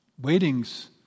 Waiting's